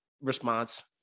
response